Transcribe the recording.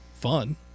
fun